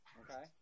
Okay